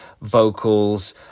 vocals